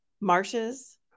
marshes